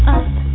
up